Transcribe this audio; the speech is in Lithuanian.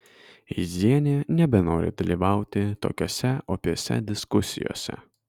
eizienė nebenori dalyvauti tokiose opiose diskusijose